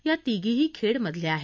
या तीघीही खेडमधल्या आहेत